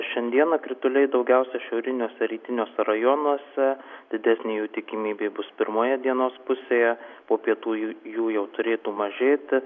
šiandieną krituliai daugiausia šiauriniuose rytiniuose rajonuose didesnė jų tikimybė bus pirmoje dienos pusėje po pietų jų jų jau turėtų mažėti